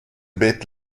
bêtes